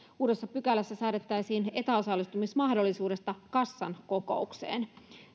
uudessa pykälässä säädettäisiin etäosallistumismahdollisuudesta kassan kokoukseen